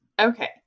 Okay